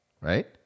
right